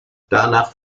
danach